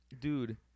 Dude